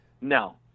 No